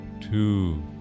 two